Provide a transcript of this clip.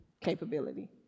capability